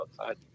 outside